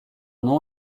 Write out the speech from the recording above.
nom